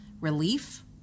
relief